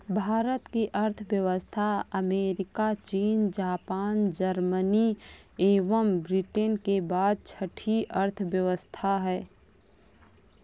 भारत की अर्थव्यवस्था अमेरिका, चीन, जापान, जर्मनी एवं ब्रिटेन के बाद छठी अर्थव्यवस्था है